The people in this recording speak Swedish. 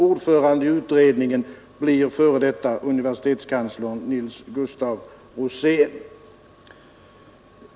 Ordförande i utredningen blir förre universitetskanslern Nils Gustav Rosén.